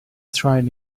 tried